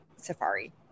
safari